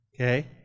Okay